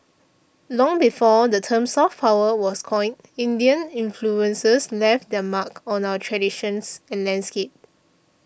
long before the term soft power was coined Indian influences left their mark on our traditions and landscape